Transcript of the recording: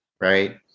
right